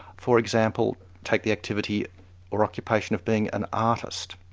for example, take the activity or occupation of being an artist.